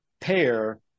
pair